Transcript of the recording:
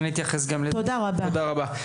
תודה רבה.